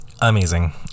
Amazing